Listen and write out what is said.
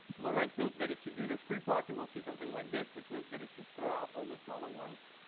low rank means that if you do the scree plot, you will see something like this, which means that if you throw out all the smaller ones,